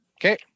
Okay